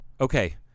Okay